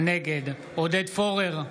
נגד עודד פורר,